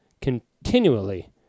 continually